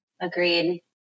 Agreed